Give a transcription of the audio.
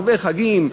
הרבה חגים,